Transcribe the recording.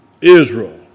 Israel